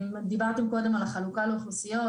דיברתם קודם על החלוקה לאוכלוסיות,